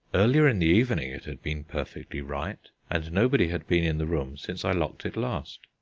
earlier in the evening it had been perfectly right, and nobody had been in the room since i locked it last.